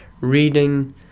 reading